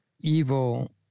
evil